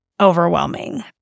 overwhelming